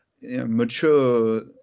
mature